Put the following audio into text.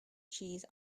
cheese